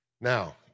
Now